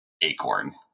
Acorn